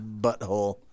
butthole